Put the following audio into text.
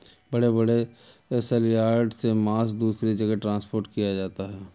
बड़े बड़े सलयार्ड से मांस दूसरे जगह ट्रांसपोर्ट किया जाता है